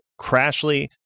Crashly